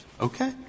Okay